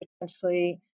potentially